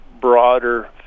broader